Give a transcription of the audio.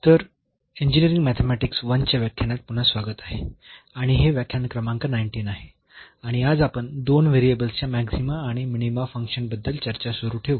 तर engineering mathematics I च्या व्याख्यानात पुन्हा स्वागत आहे आणि हे व्याख्यान क्रमांक 19 आहे आणि आज आपण दोन व्हेरिएबल्सच्या मॅक्सीमा आणि मिनीमा फंक्शन बद्दल चर्चा सुरू ठेवू